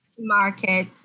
market